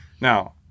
Now